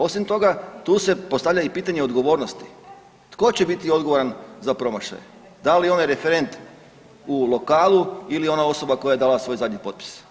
Osim toga, tu se i postavlja pitanje odgovornosti tko će biti odgovoran za promašaj da li onaj referent u lokalu ili ona osoba koja je dala svoj zadnji potpis.